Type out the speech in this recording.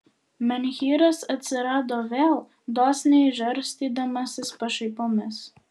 menhyras atsirado vėl dosniai žarstydamasis pašaipomis